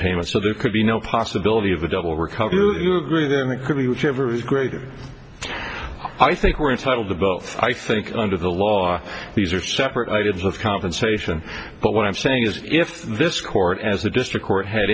payment so there could be no possibility of a double recovery that could be whichever is greater i think we're entitled to both i think under the law these are separate items of compensation but what i'm saying is if this court as a district court had